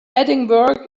edinburgh